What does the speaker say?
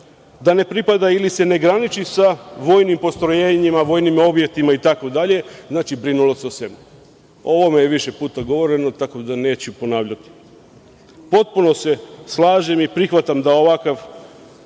da ne pripada ili se ne graniči sa vojnim postrojenjima, vojnim objektima itd, znači, brinemo se o sebi. O ovome je više puta govoreno, tako da neću ponavljati. Potpuno se slažem i prihvatam da ovakav